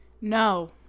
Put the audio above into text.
No